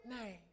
name